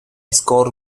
score